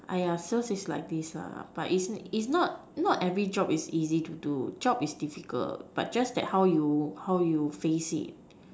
sales is like this but it's it's not not every job is easy to do job is difficult but just that how you face it